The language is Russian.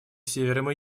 севером